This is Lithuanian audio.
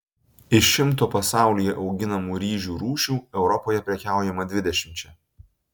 iš šimto pasaulyje auginamų ryžių rūšių europoje prekiaujama dvidešimčia